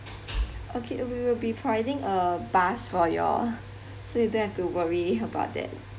okay uh we will be providing a bus for you all so you don't have to worry about that